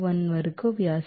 01 వరకు వ్యాసం